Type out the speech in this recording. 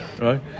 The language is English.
right